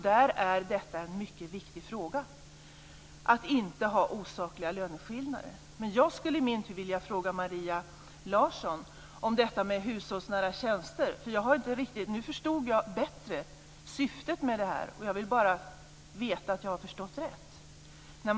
Där är detta, att inte ha osakliga löneskillnader, en mycket viktig fråga. Men jag skulle i min tur vilja fråga Maria Larsson om detta med hushållsnära tjänster. Nu förstod jag bättre syftet med det här, och jag vill bara veta om jag har förstått det rätt.